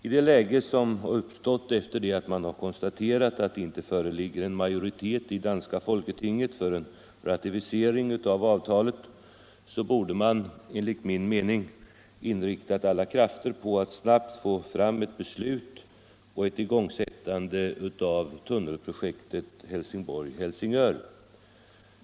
I det läge som uppstått sedan man konstaterat att det inte föreligger en majoritet i danska folketinget för en ratificering av avtalet, borde man enligt min mening ha inriktat alla krafter på att snabbt få fram ett beslut och ett igångsättande av tunnelprojektet Helsingborg-Helsing Ör.